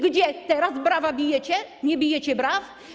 Gdzie teraz brawa bijecie, nie bijecie braw?